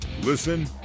Listen